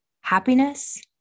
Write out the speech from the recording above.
happiness